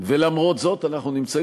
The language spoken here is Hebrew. תודה